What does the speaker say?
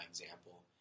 example